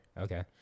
okay